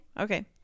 Okay